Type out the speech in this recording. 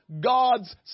God's